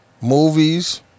movies